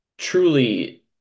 truly